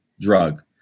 drug